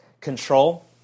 Control